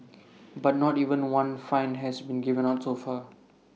but not even one fine has been given out so far